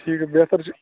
ٹھیٖک بہتر چھُ